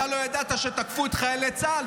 אתה לא ידעת שתקפו את חיילי צה"ל,